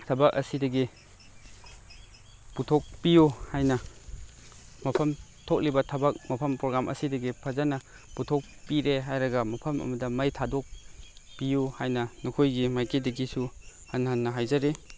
ꯊꯕꯛ ꯑꯁꯤꯗꯒꯤ ꯄꯨꯊꯣꯛꯄꯤꯌꯨ ꯍꯥꯏꯅ ꯃꯐꯝ ꯊꯣꯛꯂꯤꯕ ꯊꯕꯛ ꯃꯐꯝ ꯄ꯭ꯔꯣꯒ꯭ꯔꯥꯝ ꯑꯁꯤꯗꯒꯤ ꯐꯖꯅ ꯄꯨꯊꯣꯛꯄꯤꯔꯦ ꯍꯥꯏꯔꯒ ꯃꯐꯝ ꯑꯃꯗ ꯃꯩ ꯊꯥꯗꯣꯛꯄꯤꯌꯨ ꯍꯥꯏꯅ ꯅꯈꯣꯏꯒꯤ ꯃꯥꯏꯀꯩꯗꯒꯤꯁꯨ ꯍꯟꯅ ꯍꯟꯅ ꯍꯥꯏꯖꯔꯤ